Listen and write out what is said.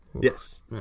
Yes